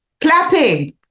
clapping